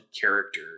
character